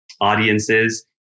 audiences